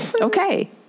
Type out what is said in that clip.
Okay